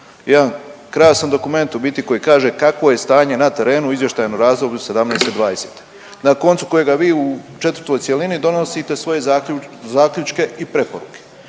Jedan krasan dokument u biti koji kaže kakvo je stanje na terenu u izvještajnom razdoblju '17.-'20., na koncu kojega vi u četvrtoj cjelini donosite svoje zaključke i preporuke.